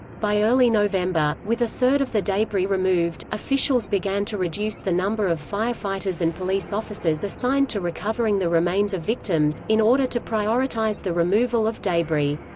by early november, with a third of the debris removed, officials began to reduce the number of firefighters and police officers assigned to recovering the remains of victims, in order to prioritize the removal of debris.